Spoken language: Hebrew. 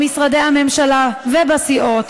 במשרדי הממשלה ובסיעות